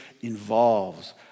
involves